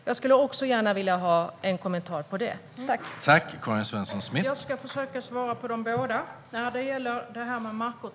Jag skulle gärna vilja få en kommentar om det också.